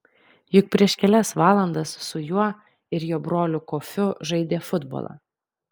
juk prieš kelias valandas su juo ir jo broliu kofiu žaidė futbolą